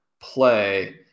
play